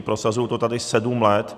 Prosazuji to tady sedm let.